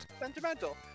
sentimental